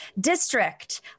District